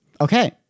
Okay